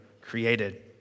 created